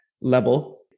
level